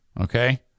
Okay